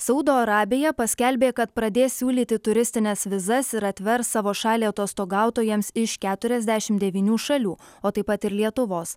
saudo arabija paskelbė kad pradės siūlyti turistines vizas ir atvers savo šalį atostogautojams iš keturiasdešim devynių šalių o taip pat ir lietuvos